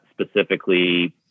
specifically